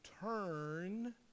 turn